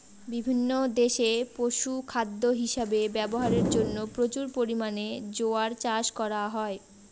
বিভিন্ন দেশে পশুখাদ্য হিসাবে ব্যবহারের জন্য প্রচুর পরিমাণে জোয়ার চাষ করা হয়